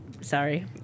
sorry